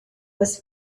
was